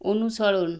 অনুসরণ